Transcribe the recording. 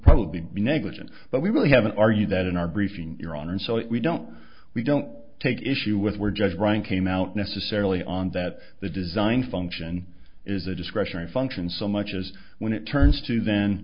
probably be negligent but we really haven't argued that in our briefing your honor and so we don't we don't take issue with we're just running came out necessarily on that the design function is a discretionary function so much as when it turns to then